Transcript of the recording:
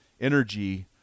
energy